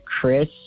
Chris